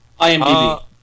IMDb